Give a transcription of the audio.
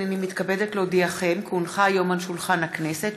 הינני מתכבדת להודיעכם כי הונחה היום על שולחן הכנסת,